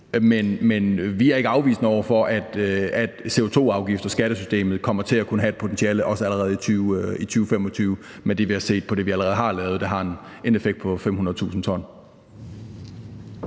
Men vi er ikke afvisende over for, at en CO2-afgift og skattesystemet kommer til at kunne have et potentiale, også allerede i 2025, med det, vi har set i forhold til det, vi allerede har lavet, og som har en effekt på 500.000 t.